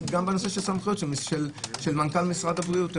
גם בנושא סמכויות של מנכ"ל משרד הבריאות.